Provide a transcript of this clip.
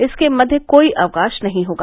इसके मध्य कोई अवकाश नहीं होगा